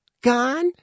Gone